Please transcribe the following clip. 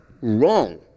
Wrong